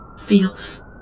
feels